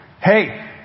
Hey